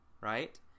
right